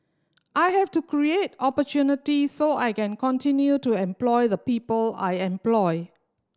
I have to create opportunity so I can continue to employ the people I employ